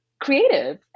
Creative